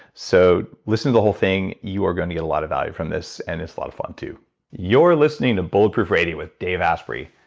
so listen to the whole thing you are going to get a lot of value from this. and it's a lot of fun too you're listening to bulletproof radio with dave asprey.